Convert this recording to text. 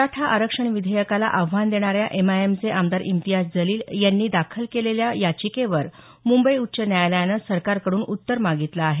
मराठा आरक्षण विधेयकाला आव्हान देणाऱ्या एमआयमचे आमदार इम्तियाज जलिल यांनी दाखल केलेल्या याचिकेवर मुंबई उच्च न्यायालयानं सरकारकडून उत्तर मागितलं आहे